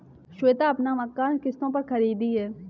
श्वेता अपना मकान किश्तों पर खरीदी है